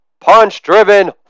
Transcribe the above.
punch-driven